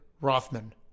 Rothman